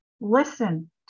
listen